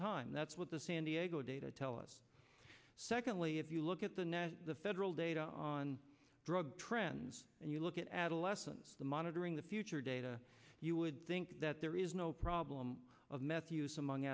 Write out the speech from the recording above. time that's what the san diego data tell us secondly if you look at the net the federal data on drug trends and you look at adolescents the monitoring the future data you would think that there is no problem of meth use among